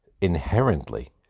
inherently